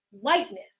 whiteness